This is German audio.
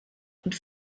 und